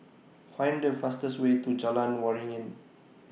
Find The fastest Way to Jalan Waringin